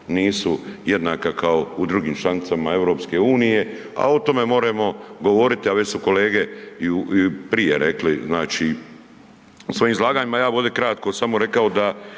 nisu jednaka kao u drugim članicama EU, a o tome moremo govoriti, a već su i kolege i prije rekli znači u svojim izlaganjima. Ja bi ovde kratko samo rekao da,